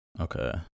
Okay